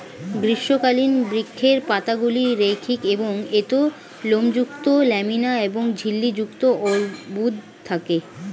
গ্রীষ্মকালীন বৃক্ষের পাতাগুলি রৈখিক এবং এতে লোমযুক্ত ল্যামিনা এবং ঝিল্লি যুক্ত অর্বুদ থাকে